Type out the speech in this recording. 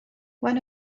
one